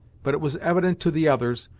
but it was evident to the others,